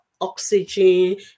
oxygen